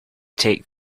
take